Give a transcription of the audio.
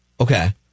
Okay